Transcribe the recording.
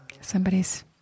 somebody's